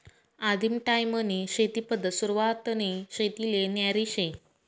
आदिम टायीमनी शेती पद्धत सुरवातनी शेतीले न्यारी शे